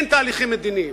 אין תהליכים מדיניים.